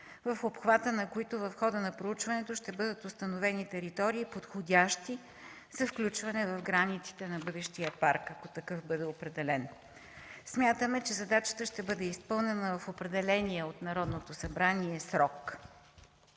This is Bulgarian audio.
в обхвата на които в хода на проучването ще бъдат установени територии, подходящи за включване в границите на бъдещия парк, ако такъв бъде определен. Смятаме, че задачата ще бъде изпълнена в определения от Народното събрание срок.